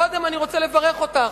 קודם כול אני רוצה לברך אותך.